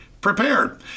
prepared